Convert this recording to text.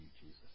Jesus